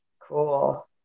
Cool